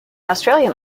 australian